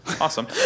awesome